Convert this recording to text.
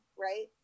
Right